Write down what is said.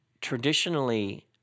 traditionally